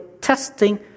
testing